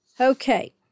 Okay